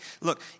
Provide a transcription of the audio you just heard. Look